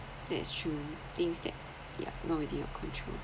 that's true things that yeah not within your control